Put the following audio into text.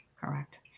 correct